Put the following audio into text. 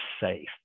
safe